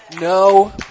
no